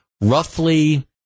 roughly